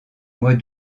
mois